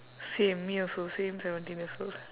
same me also same seventeen years old